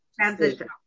transition